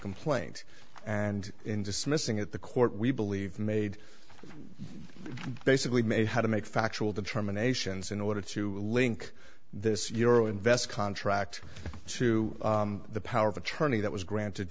complaint and in dismissing it the court we believe made basically may have to make factual determinations in order to link this year invest contract to the power of attorney that was granted